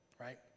right